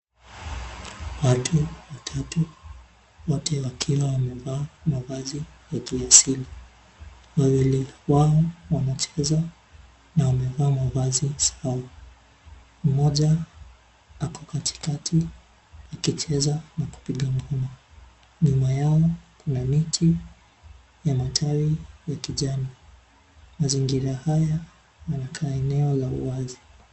Watu watatu wote wakiwa wamevaa mavazi ya kiasili. Wawili wao wanacheza na wamevaa mavazi sawa. Mmoja ako katikati akicheza na kupiga ngoma. Nyuma yao kuna miti ya matawi ya kijani. Mazingira haya yanakaa eneo la uwazi.